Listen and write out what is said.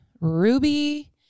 Ruby